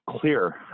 clear